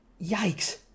Yikes